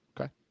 Okay